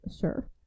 Sure